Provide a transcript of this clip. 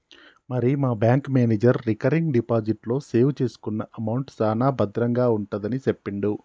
మరి మా bank manager recurring deposit లో సేవ్ చేసుకున్న అమౌంట్ సాన భద్రంగా ఉంటుందని సెప్పిండు